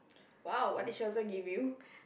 !wow! what did Chelsea give you